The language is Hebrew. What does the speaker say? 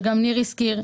שגם ניר הזכיר,